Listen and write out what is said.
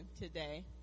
today